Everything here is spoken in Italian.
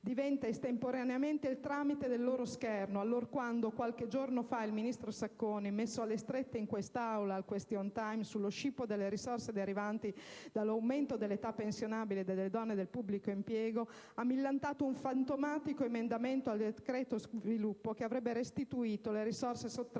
diventa estemporaneamente il tramite del loro scherno, allorquando qualche giorno fa il ministro Sacconi, messo alle strette in quest'Aula, durante il *question time*, sullo scippo delle risorse derivanti dall'aumento dell'età pensionabile delle donne del pubblico impiego, millantava un fantomatico emendamento al decreto sviluppo che avrebbe restituito le risorse sottratte